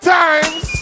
times